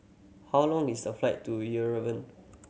how long is the flight to Yerevan